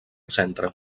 centre